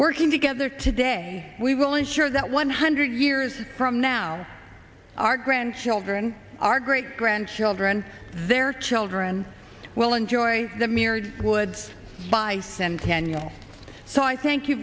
working together today we will ensure that one hundred years from now our grandchildren our great grandchildren their children will enjoy the mirrored woods by centennial so i thank you